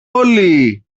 όλοι